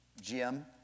Jim